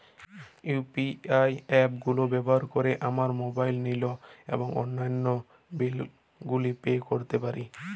UPI app গুলো ব্যবহার করে আমরা মোবাইল নিল এবং অন্যান্য বিল গুলি পে করতে পারি